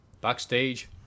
Backstage